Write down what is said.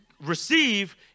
receive